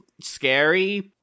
scary